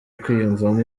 kwiyumvamo